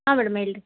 ಹಾಂ ಮೇಡಮ್ ಹೇಳಿರಿ